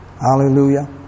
Hallelujah